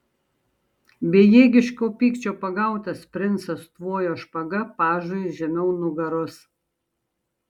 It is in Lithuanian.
bejėgiško pykčio pagautas princas tvojo špaga pažui žemiau nugaros